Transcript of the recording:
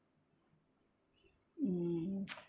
mm